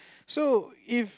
so if